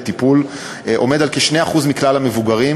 טיפול במדינת ישראל עומד על כ-2% מכלל המבוגרים.